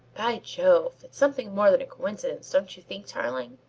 by jove! it's something more than a coincidence, don't you think tarling?